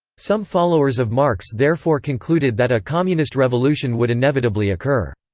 some followers of marx therefore concluded that a communist revolution would inevitably occur.